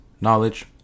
knowledge